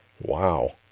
Wow